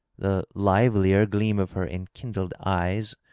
the livelier gleam of her enkindled eyes,